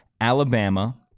Alabama